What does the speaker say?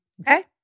Okay